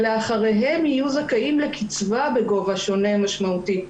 ואחריהם יהיו זכאים לקצבה בגובה שונה משמעותית,